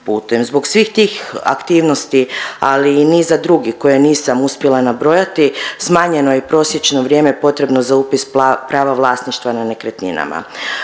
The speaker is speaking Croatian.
Zbog svih tih aktivnosti ali i niza drugih koje nisam uspjela nabrojati, smanjeno je prosječno vrijeme potrebno za upis prava vlasništva na nekretninama.